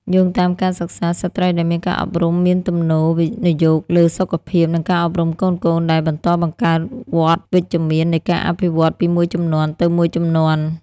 យោងតាមការសិក្សា ស្ត្រីដែលមានការអប់រំមានទំនោរវិនិយោគលើសុខភាព និងការអប់រំកូនៗ ដែលបន្តបង្កើតវដ្តវិជ្ជមាននៃការអភិវឌ្ឍន៍ពីមួយជំនាន់ទៅមួយជំនាន់។